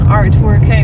artwork